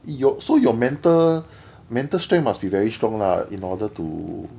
your so your mental mental strength must be very strong lah in order to